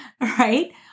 right